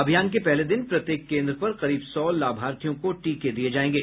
अभियान के पहले दिन प्रत्येक केन्द्र पर करीब सौ लाभार्थियों को टीके दिए जाएंगे